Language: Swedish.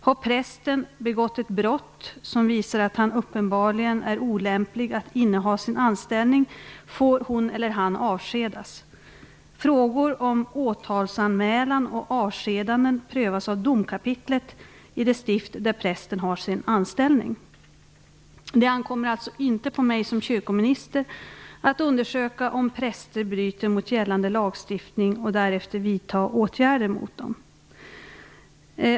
Har prästen begått ett brott som visar att han uppenbarligen är olämplig att inneha sin anställning får hon eller han avskedas. Frågor om åtalsanmälan och avskedanden prövas av domkapitlet i det stift där prästen har sin anställning. Det ankommer alltså inte på mig som kyrkominister att undersöka om präster bryter mot gällande lagstiftning och därefter vidta åtgärder mot dem.